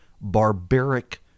barbaric